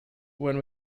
when